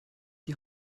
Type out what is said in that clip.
die